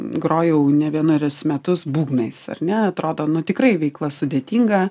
grojau ne vienerius metus būgnais ar ne atrodo nu tikrai veikla sudėtinga